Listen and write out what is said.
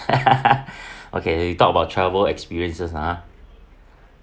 okay talk about travel experiences ha